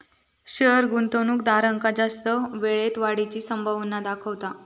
share गुंतवणूकदारांका जास्त वेळेत वाढीची संभावना दाखवता